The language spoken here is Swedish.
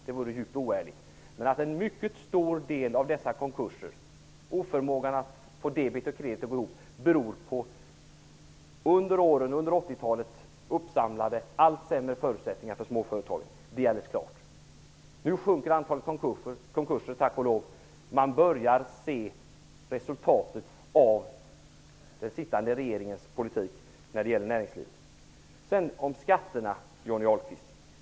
Det vore djupt oärligt, men jag kan säga att en mycket stor del av konkurserna -- oförmågan att få debit och kredit att gå ihop -- beror på under 80-talet uppsamlade allt sämre förutsättningar för småföretagen. Det är alldeles klart. Nu sjunker antalet konkurser tack och lov. Man börjar se resultatet av den sittande regeringens politik när det gäller näringslivet.